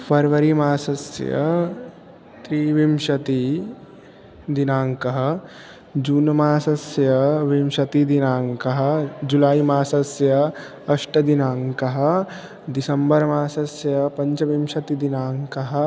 February मासस्य त्रिविंशतिदिनाङ्कः जून् मासस्य विंशतिदिनाङ्कः जुलै मासस्य अष्टमदिनाङ्कः दिसम्बर् मासस्य पञ्चविंशतिदिनाङ्कः